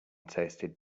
tasted